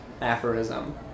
aphorism